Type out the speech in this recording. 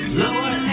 lower